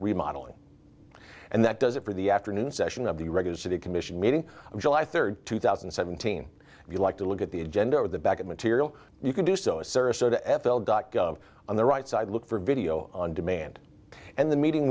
remodelling and that does it for the afternoon session of the regular city commission meeting july third two thousand and seventeen if you like to look at the agenda over the back of material you can do so as sarasota f l dot gov on the right side look for video on demand and the meeting